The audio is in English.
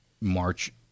march